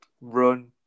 run